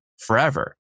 forever